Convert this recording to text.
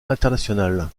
international